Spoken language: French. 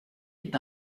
est